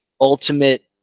ultimate